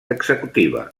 executiva